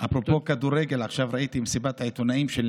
נמצא פתרון, זה יותר